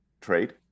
trade